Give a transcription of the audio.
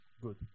good